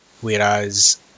whereas